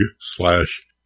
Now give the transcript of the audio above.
slash